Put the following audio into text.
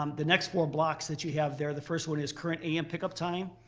um the next four blocks that you have there the first one is current am pick up time.